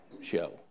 show